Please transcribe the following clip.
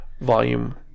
volume